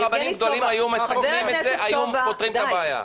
אם רבנים גדולים היו מסכמים את זה היו פותרים את הבעיה.